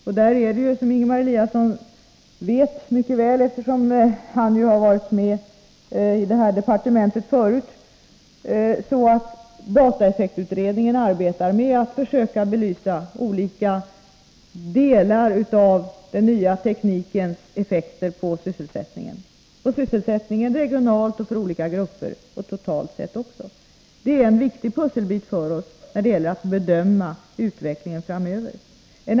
Därvidlag är det, som Ingemar Eliasson mycket väl vet, eftersom han ju har varit med i departementet tidigare, så att dataeffektutredningen arbetar med att försöka belysa olika delar av den nya teknikens effekter på sysselsättningen, regionalt och för olika grupper och även totalt sett. Detta är en viktig pusselbit för oss vid bedömningen av utvecklingen framöver.